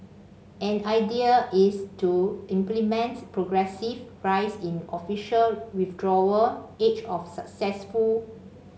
an idea is to implement progressive rise in official withdrawal age of successful